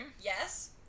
yes